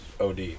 OD